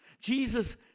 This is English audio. Jesus